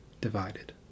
divided